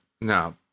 No